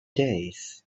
days